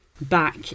back